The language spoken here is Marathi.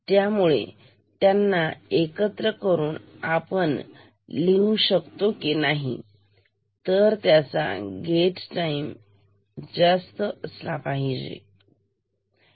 त्यामुळे त्यांना एकत्र करून आपण लिहू शकतो की कमी असेल तर त्याचा गेट टाईम जास्त असला पाहिजे